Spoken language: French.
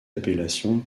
appellations